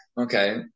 Okay